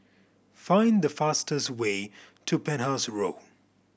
find the fastest way to Penhas Road